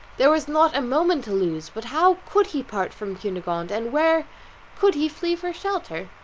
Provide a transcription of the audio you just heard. there was not a moment to lose but how could he part from cunegonde, and where could he flee for shelter?